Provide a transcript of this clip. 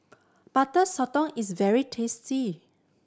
Butter Sotong is very tasty